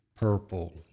purple